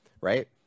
right